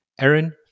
Aaron